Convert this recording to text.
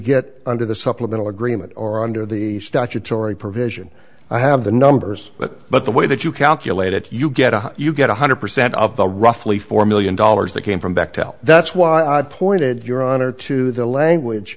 get under the supplemental agreement or under the statutory provision i have the numbers but but the way that you calculate it you get one you get one hundred percent of the roughly four million dollars that came from back to that's why i pointed your honor to the language